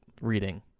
reading